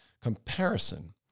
Comparison